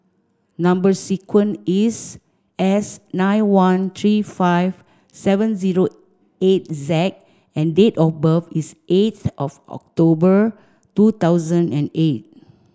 number sequence is S nine one three five seven zero eight Z and date of birth is eighth of October two thousand and eight